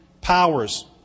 powers